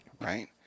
Right